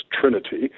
Trinity